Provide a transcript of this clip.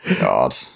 God